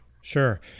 Sure